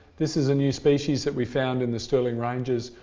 this is a new species that we found in the stirling ranges,